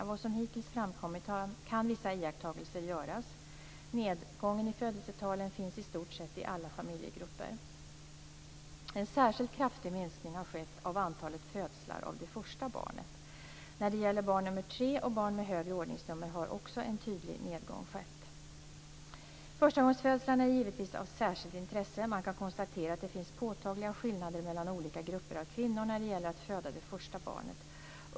Av vad som hittills framkommit kan vissa iakttagelser göras. Nedgången i födelsetalen finns i stort sett i alla familjegrupper. En särskilt kraftig minskning har skett av antalet födslar av första barn. När det gäller barn nummer tre och barn med högre ordningsnummer har också en tydlig nedgång skett. Förstagångsfödslarna är givetvis av särskilt intresse. Man kan konstatera att det finns påtagliga skillnader mellan olika grupper av kvinnor när det gäller att föda det första barnet.